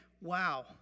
Wow